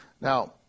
Now